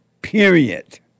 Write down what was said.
Period